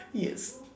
yes